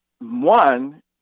one